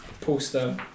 poster